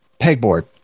pegboard